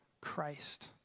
Christ